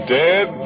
dead